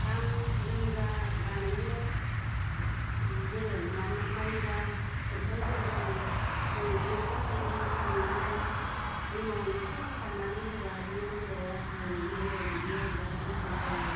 आं लोंग्रा बानायनो गोरों मानोना माइब्राफोरखौ जेरखम ओंखाम बादि संनानै एमाव एसे सारनानै होबा बे लोंग्राया माइब्रा बिदैया बिराद गोथाव जायो